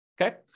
Okay